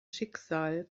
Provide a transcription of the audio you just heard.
schicksal